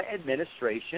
administration